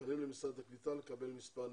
פנינו למשרד הקליטה לקבל מספר נתונים.